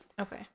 Okay